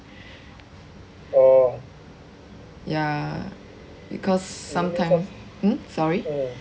ya because sometime hmm sorry